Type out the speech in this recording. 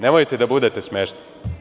Nemojte da budete smešni.